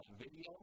video